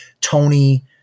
Tony